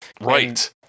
right